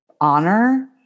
honor